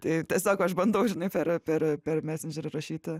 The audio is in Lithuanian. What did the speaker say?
tai tiesiog aš bandau žinai per per mesendžerį rašyti